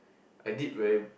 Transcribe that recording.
I did very